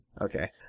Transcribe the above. okay